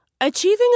Achieving